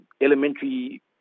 elementary